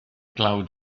dlawd